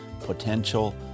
potential